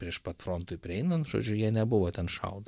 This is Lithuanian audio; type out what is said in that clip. prieš pat frontui prieinant žodžiu jie nebuvo ten šaudomi